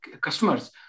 customers